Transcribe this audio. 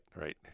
right